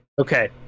Okay